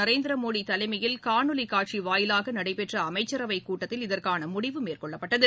நரேந்திரமோடி தலைமையில் னணொலி காட்சி வாயிலாக நடைபெற்ற அமைச்சரவை கூட்டத்தில் இதற்கான முடிவு மேற்கொள்ளப்பட்டது